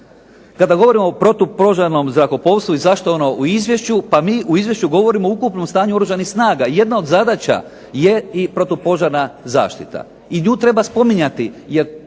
Kada govorimo o protupožarnom zrakoplovstvu i zašto je ono u izvješću. Pa mi u izvješću govorimo o ukupnom stanju Oružanih snaga. Jedna od zadaća je i protupožarna zaštita. I nju treba spominjati,